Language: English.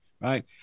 Right